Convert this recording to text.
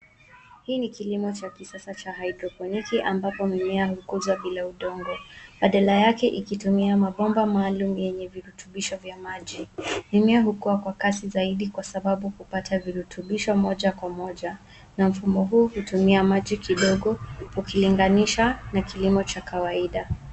Hii ni kilimo cha kisasa cha haidroponiki ambapo mimea hukuzwa bila udongo. Badala yake ikitumia mabomba maalum yenye virutubisho vya maji. Mimea hukua kwa kasi zaidi kwa sababu hupata virutubisho moja kwa moj, na mfumo huu hutumia maji kidogo ukilinganisha na kilimo cha kawaida.